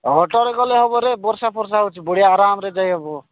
ଅଟୋରେ ଗଲେ ହେବରେ ବର୍ଷା ଫର୍ଷା ହେଉଛି ବଢ଼ିଆ ଆରାମ୍ରେ ଯାଇହେବ